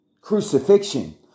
crucifixion